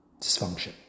dysfunction